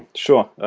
sure.